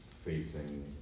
facing